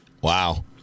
Wow